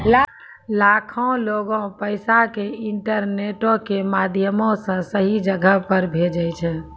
लाखो लोगें पैसा के इंटरनेटो के माध्यमो से सही जगहो पे भेजै छै